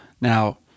Now